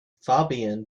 fabian